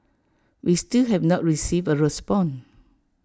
we still have not received A response